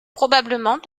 probablement